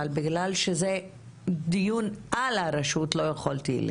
אבל בגלל שזה דיון על הרשות לא יכולתי.